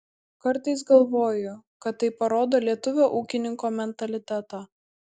kartais galvoju kad tai parodo lietuvio ūkininko mentalitetą